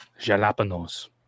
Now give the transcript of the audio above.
Jalapenos